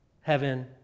heaven